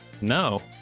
No